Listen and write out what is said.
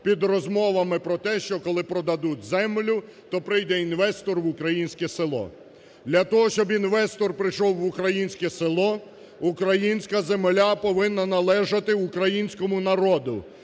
під розмовами про те, що коли продадуть землю, то прийде інвестор в українське село. Для того, щоб інвестор прийшов в українське село, українська земля повинна належати українському народу,